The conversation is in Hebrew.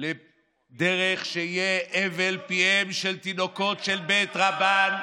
לדרך שבה יהיה הבל פיהם של תינוקות של בית רבן,